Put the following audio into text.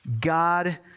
God